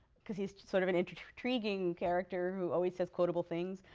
because he's sort of an intriguing intriguing character who always says quotable things.